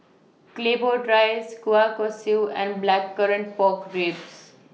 Claypot Rice Kueh Kosui and Blackcurrant Pork Ribs